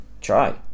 try